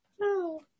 No